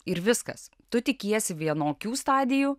ir viskas tu tikiesi vienokių stadijų